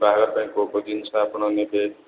ବାହାଘର ପାଇଁ କେଉଁ କେଉଁ ଜିନିଷ ଆପଣ ନେବେ